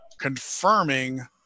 confirming